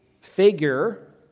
figure